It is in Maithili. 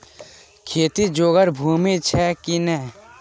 खेती जोगर भूमि छौ की नै?